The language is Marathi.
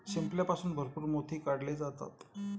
शिंपल्यापासून भरपूर मोती काढले जातात